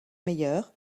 meyer